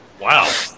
Wow